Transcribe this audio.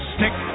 Stick